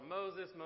Moses